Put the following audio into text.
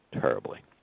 terribly